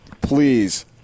Please